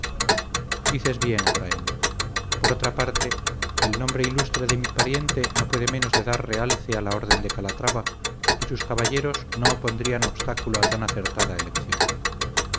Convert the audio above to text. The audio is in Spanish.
dices bien abrahem por otra parte el nombre ilustre de mi pariente no puede menos de dar realce a la orden de calatrava y sus caballeros no opondrían obstáculo a tan acertada elección